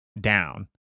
down